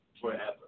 forever